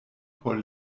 por